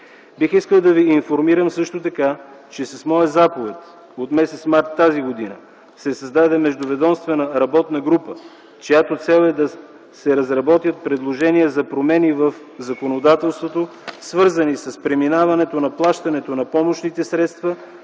Бих искал да Ви информирам също така, че с моя заповед от м. март т.г. се създаде междуведомствена работна група, чиято цел е да се разработят предложения за промени в законодателството, свързани с преминаването на плащането на помощните средства,